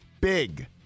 big